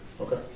Okay